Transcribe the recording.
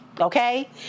Okay